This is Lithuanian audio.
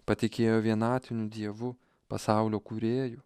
patikėjo vienatiniu dievu pasaulio kūrėju